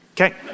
okay